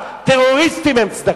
הלוא כל העמותות של הטרוריסטים הם צדקה.